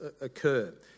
occur